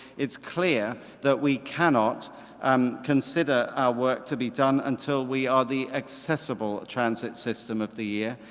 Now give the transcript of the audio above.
it's clear that we cannot um consider our work to be done until we are the accessible transit system of the year,